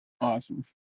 Awesome